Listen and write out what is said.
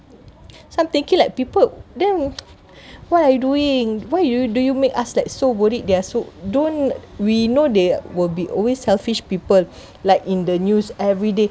so I'm thinking like people then what are you doing why you do you make us like so worried they are so don't we know there will be always selfish people like in the news everyday